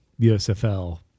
USFL –